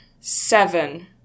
seven